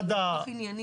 תודה רבה חבר הכנסת איתן.